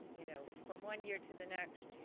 you know from one year to the next,